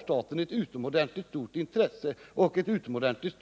Nr 29 har ett utomordentligt stort intresse